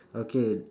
okay